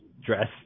dress